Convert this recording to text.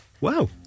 Wow